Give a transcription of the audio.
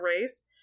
race